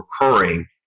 recurring